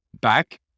back